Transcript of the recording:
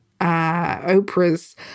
Oprah's